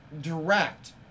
direct